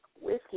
whiskey